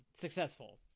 successful